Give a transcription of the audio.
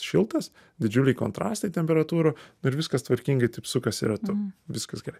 šiltas didžiuliai kontrastai temperatūrų ir viskas tvarkingai taip sukasi ratu viskas gerai